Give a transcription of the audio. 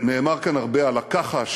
נאמר כאן הרבה על הכחש,